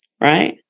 right